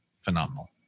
phenomenal